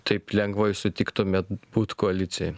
taip lengvai sutiktumėt būt koalicijoj